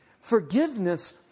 Forgiveness